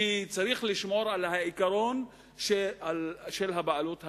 כי צריך לשמור על העיקרון של הבעלות הציבורית.